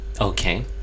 okay